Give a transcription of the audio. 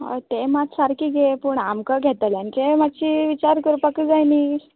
हय तें मात सारकें गे पूण आमकां घेतल्यांचेंय मात्शी विचार करपाक जाय न्ही